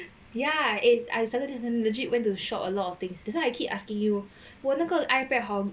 ya isn't legit went to short a lot of things this one I keep asking you 我那个 ipad hor